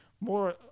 more